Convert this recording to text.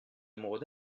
amoureux